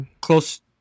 Close